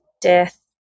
death